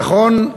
נכון,